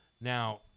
Now